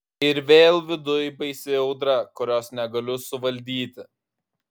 ir vėl viduj baisi audra kurios negaliu suvaldyti